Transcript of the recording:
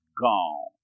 gone